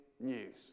news